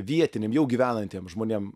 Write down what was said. vietiniam jau gyvenantiem žmonėm